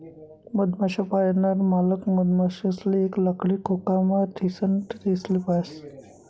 मधमाश्या पायनार मालक मधमाशासले एक लाकडी खोकामा ठीसन तेसले पायस